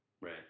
Right